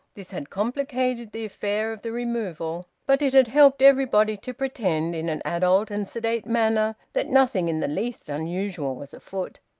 this had complicated the affair of the removal but it had helped everybody to pretend, in an adult and sedate manner, that nothing in the least unusual was afoot.